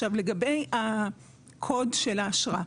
לגבי הקוד של האשרה,